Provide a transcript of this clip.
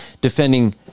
defending